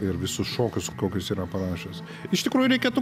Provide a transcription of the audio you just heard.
ir visus šokius kokius yra parašęs iš tikrųjų reikėtų